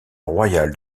royale